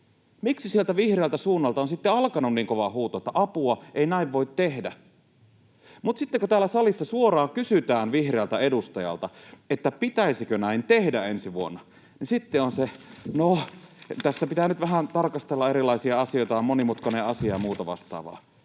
Miksi sieltä vihreältä suunnalta on sitten alkanut niin kova huuto, että ”apua, ei näin voi tehdä”, mutta sitten kun täällä salissa suoraan kysytään vihreältä edustajalta, pitäisikö näin tehdä ensi vuonna, niin sitten on se ”no, tässä pitää nyt vähän tarkastella erilaisia asioita ja on monimutkainen asia” ja muuta vastaavaa?